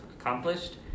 accomplished